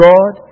God